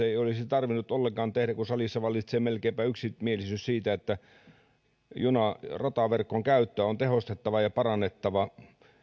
ei olisi tarvinnut ollenkaan tehdä kun salissa vallitsee melkeinpä yksimielisyys siitä että rataverkon käyttöä on tehostettava ja parannettava